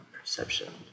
perception